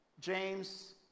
James